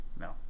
No